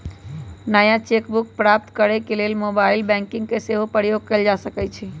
नया cheque book प्राप्त करेके लेल मोबाइल बैंकिंग के सेहो प्रयोग कएल जा सकइ छइ